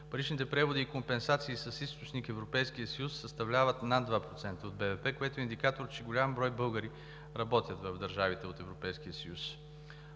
Паричните преводи и компенсации с източник Европейския съюз, съставляват над 2% от БВП, което е индикатор, че голям брой българи работят в държавите от Европейския съюз.